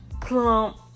plump